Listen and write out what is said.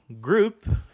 group